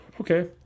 Okay